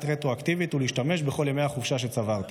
רטרואקטיבית ולהשתמש בכל ימי החופשה שצברתי.